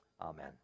amen